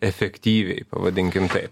efektyviai pavadinkim taip